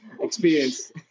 experience